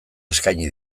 eskaini